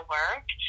work